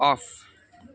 off